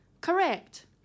Correct